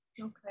Okay